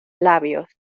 labios